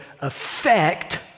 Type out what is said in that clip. affect